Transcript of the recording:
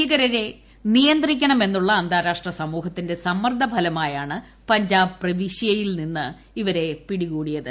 ഭീകരരെ നിയന്ത്രിക്കണമെന്നുള്ള അന്താരാഷ്ട്ര സമൂഹിത്തിന്റെ സമ്മർദ്ദ ഫലമായാണ് പഞ്ചാബ് പ്രവിശ്യയിൽ നിന്ന് ഇവരെ പിടികൂടിയത്